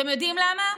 אתם יודעים למה?